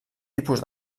tipus